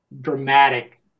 dramatic